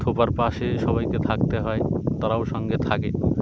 ঠোপার পাশে সবাইকে থাকতে হয় তারাও সঙ্গে থাকে